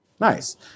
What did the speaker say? Nice